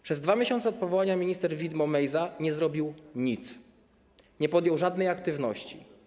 Przez 2 miesiące od powołania minister widmo Mejza nie zrobił nic, nie podjął żadnej aktywności.